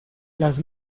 las